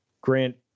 Grant